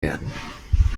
werden